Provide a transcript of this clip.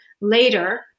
later